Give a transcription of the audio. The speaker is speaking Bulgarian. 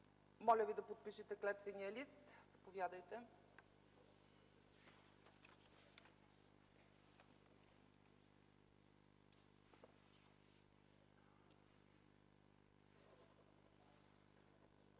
Моля Ви да подпишете клетвения лист. Заповядайте.